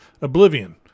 Oblivion